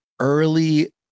early